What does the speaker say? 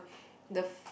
the